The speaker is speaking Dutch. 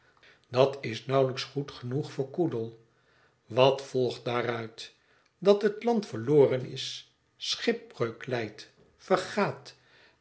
dat is nauwelijks goed genoeg voor quoodle wat volgt daaruit dat het land verloren is schipbreuk lijdt